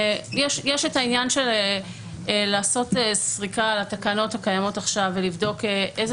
יש את העניין של לעשות סריקה על התקנות שקיימות עכשיו ולבדוק איזה